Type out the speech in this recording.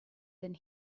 than